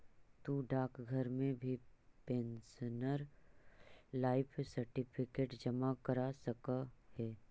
तु डाकघर में भी पेंशनर लाइफ सर्टिफिकेट जमा करा सकऽ हे